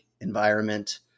environment